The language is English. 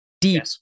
deep